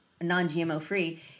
non-GMO-free